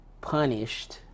punished